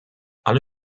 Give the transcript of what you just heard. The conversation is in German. alle